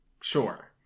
Sure